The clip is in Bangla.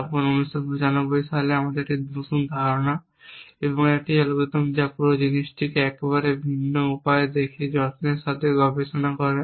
তারপর 1995 সালে একটি নতুন ধারণা এবং একটি অ্যালগরিদম যা এই পুরো জিনিসটিকে একেবারে ভিন্ন উপায়ে দেখে যত্নের সাথে গবেষণা করে